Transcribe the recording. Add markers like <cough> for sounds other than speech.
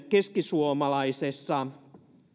<unintelligible> keskisuomalaisessa